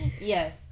Yes